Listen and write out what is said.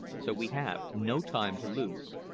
so we have no time to lose.